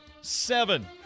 Seven